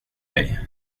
dig